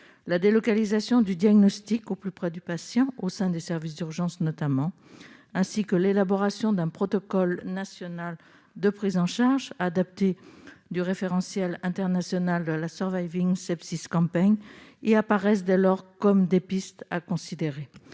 La délocalisation du diagnostic au plus près du patient, au sein des services d'urgence notamment, ainsi que l'élaboration d'un protocole national de prise en charge, adaptée du référentiel international de la, apparaissent dès lors comme des pistes à considérer.